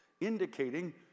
indicating